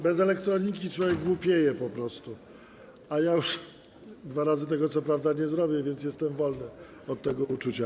Bez elektroniki człowiek głupieje po prostu, a ja już dwa razy tego co prawda nie zrobię, więc jestem wolny od tego uczucia.